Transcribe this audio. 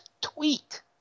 tweet